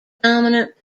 dominant